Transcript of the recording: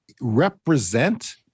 represent